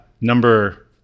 number